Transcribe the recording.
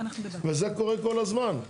וזה קורה כל הזמן.